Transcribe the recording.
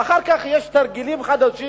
ואחר כך יש תרגילים חדשים,